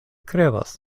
krevas